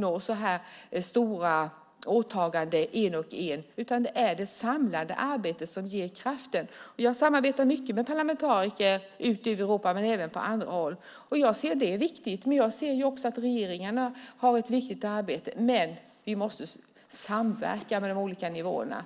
göra så här stora åtaganden en och en, utan det är det samlade arbetet som ger kraften. Jag samarbetar mycket med parlamentariker ute i Europa men även på andra håll. Jag ser det som viktigt. Jag ser också att regeringarna har ett viktigt arbete. Men vi måste samverka med de olika nivåerna.